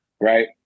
Right